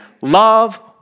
Love